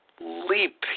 Leap